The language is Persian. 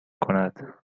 کند